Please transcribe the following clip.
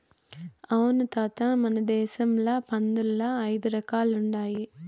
అవును తాత మన దేశంల పందుల్ల ఐదు రకాలుండాయి